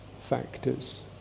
factors